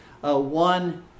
one